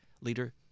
Leader